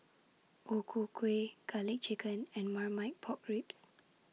O Ku Kueh Garlic Chicken and Marmite Pork Ribs